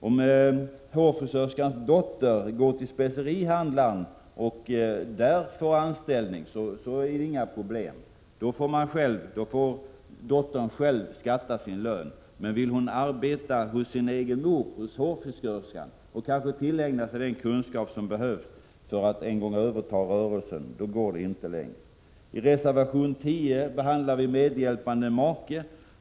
Om hårfrisörskans dotter får anställning hos specerihandlaren, är det inga problem. Då får dottern själv skatta för sin lön. Men vill hon arbeta hos sin mor och tillägna sig den kunskap som behövs för att en gång överta rörelsen, då går det inte längre. I reservation 10 behandlar vi medhjälpande make.